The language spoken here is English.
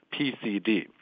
pcd